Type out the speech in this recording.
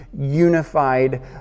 unified